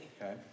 okay